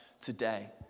today